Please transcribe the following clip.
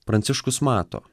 pranciškus mato